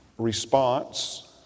Response